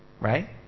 Right